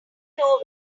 know